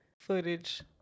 footage